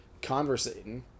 conversating